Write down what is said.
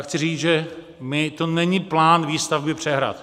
Chci říct, že to není plán výstavby přehrad.